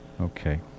Okay